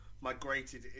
migrated